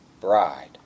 bride